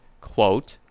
Quote